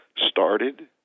started